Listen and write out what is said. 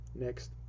next